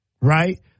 right